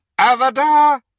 Avada